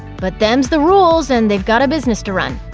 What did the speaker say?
but them's the rules, and they've got a business to run.